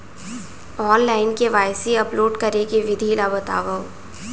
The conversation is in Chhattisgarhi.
ऑनलाइन के.वाई.सी अपलोड करे के विधि ला बतावव?